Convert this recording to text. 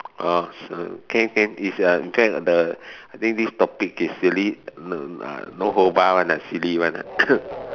uh so can can is uh in fact the I think this topic is silly n~ no holds barred one ah silly one ah